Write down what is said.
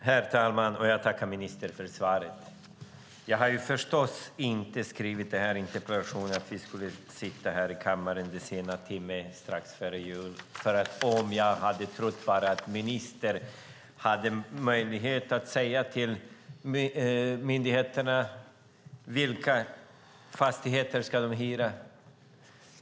Herr talman! Jag tackar ministern för svaret. Jag skrev förstås inte den här interpellationen så att vi skulle stå här i kammaren vid denna sena timme strax före jul för att jag trodde att ministern hade möjlighet att säga till myndigheterna vilka fastigheter de ska hyra.